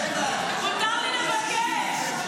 מותר לי לבקש.